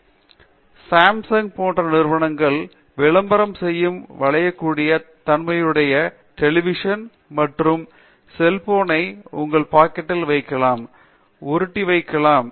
பேராசிரியர் தீபா வெங்கடேஷ் சாம்சங் போன்ற நிறுவனங்கள் விளம்பரம் செய்யும் வளையக்கூடிய தன்மையுடைய டெலிவிசின் மற்றும் செல்போனை உங்கள் பாக்கெட்டில் வைக்கலாம் உருட்டி வைக்கலாம்